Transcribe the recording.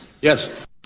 Yes